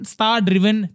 Star-Driven